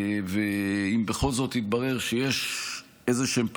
אם בכל זאת יתברר שיש פערים,